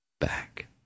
back